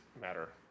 matter